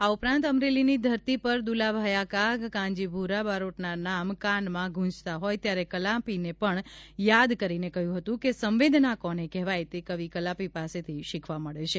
આ ઉપરાંત અમરેલીની ધરતી પર દુલા ભાયા કાગ કાનજી ભુરા બારોટના નામ કાનમાં ગુંજતા હોય ત્યારે કલાપીને પણ યાદ કરીને કહ્યું હતું કે સંવેદના કોને કહેવાય તે કવિ કલાપી પાસેથી શીખવા મળે છે